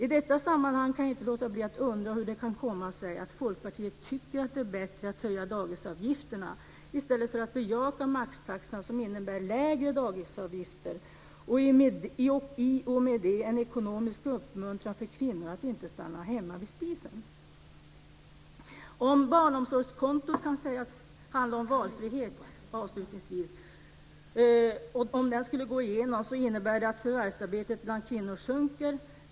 I detta sammanhang kan jag inte låta bli att undra hur det kan komma sig att Folkpartiet tycker att det är bättre att höja dagisavgifterna i stället för att bejaka maxtaxan, som innebär lägre dagisavgifter och i och med det en ekonomisk uppmuntran för kvinnor att inte stanna hemma vid spisen. Om barnomsorgskontot, som sägs handla om valfrihet, skulle gå igenom innebär det att förvärvsarbetandet bland kvinnor sjunker.